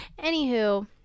Anywho